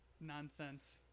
nonsense